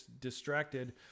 distracted